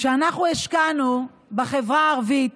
כשאנחנו השקענו בחברה הערבית,